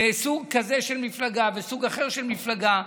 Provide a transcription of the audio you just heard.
סוג כזה של מפלגה וסוג אחר של מפלגה.